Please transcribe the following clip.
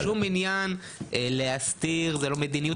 אין לנו שום עניין להסתיר, זו לא מדיניות.